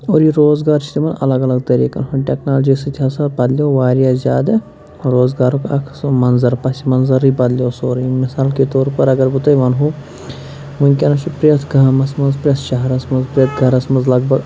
اور یہِ روزگار چھِ تِمَن الگ الگ طریٖقَن ہُنٛد ٹیکنالجی سۭتۍ ہسا بدلیو واریاہ زیادٕ روزگارُک اَکھ سُہ منظر پَسہِ منظرٕے بدلیو سورٕے مِثال کے طور پر اگر بہٕ تۄہہِ وَنہو وٕنۍکٮ۪نَس چھِ پرٛٮ۪تھ گامَس منٛز پرٛٮ۪تھ شہرَس منٛز پرٛٮ۪تھ گَرَس منٛز لگ بَگ